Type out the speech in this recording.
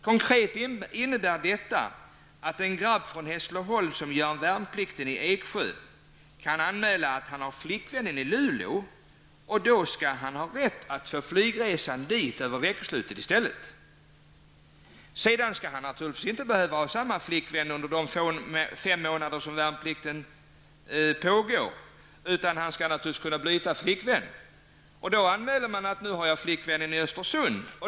Konkret innebär detta att en grabb från Hässleholm som gör sin värnplikt i Ekjö kan anmäla att han har flickvän i Umeå, och då får han rätt att flyga dit över veckoslutet. Sedan skall han naturligtvis inte behöva ha samma flickvän under de fem månader som värnplikten omfattar. Han kan byta flickvän och då meddela att han har flickvän i Östersund.